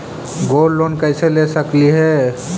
Gold loan कैसे ले सकली हे?